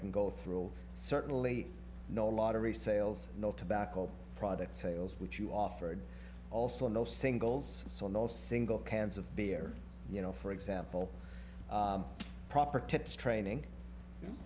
can go through certainly no lottery sales no tobacco product sales which you offered also no singles so no single cans of beer you know for example proper tips training